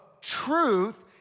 truth